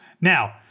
Now